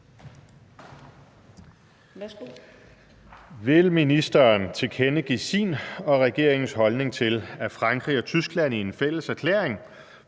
Vil ministeren tilkendegive sin og regeringens holdning til, at Frankrig og Tyskland i en fælles erklæring